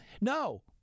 No